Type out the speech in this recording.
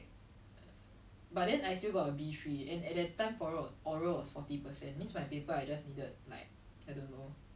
it's like she wants to be independence but for in our case we have no choice but to be independent because our parents